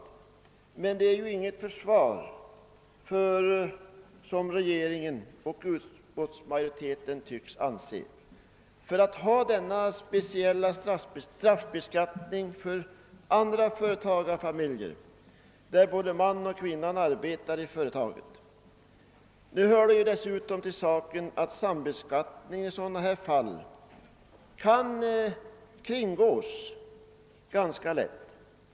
Detta avdrag är ju inget försvar, som regeringen och utskottsmajoriteten tycks anse, för denna speciella straffbeskattning för andra företagarfamiljer där både mannen och kvinnan arbetar i företaget. Nu hör det dessutom till saken, att sambeskattningen i sådana fall kan kringgås ganska lätt.